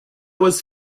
was